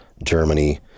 germany